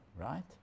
right